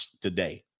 today